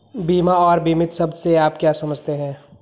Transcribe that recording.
बीमा और बीमित शब्द से आप क्या समझते हैं?